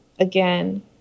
again